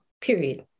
period